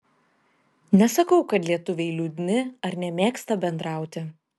nesakau kad lietuviai liūdni ar nemėgsta bendrauti